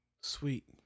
Sweet